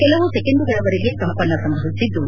ಕೆಲವು ಸೆಕೆಂಡುಗಳವರೆಗೆ ಕಂಪನ ಸಂಭವಿಸಿದ್ದು